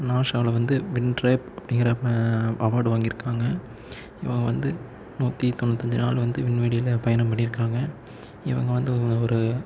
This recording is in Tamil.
நாசாவில் வந்து பின்ரேப் அப்படிங்குற அவார்டு வாங்கியிருக்காங்க இவங்க வந்து நூற்றி தொண்ணூத்தஞ்சு நாள் வந்து விண்வெளியில பயணம் பண்ணியிருக்காங்க இவங்க வந்து ஒரு